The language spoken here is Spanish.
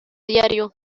diario